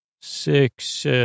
six